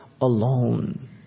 alone